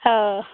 हाँ